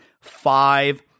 Five